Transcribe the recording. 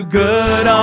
good